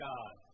God